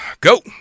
go